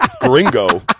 gringo